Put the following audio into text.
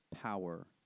power